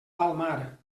palmar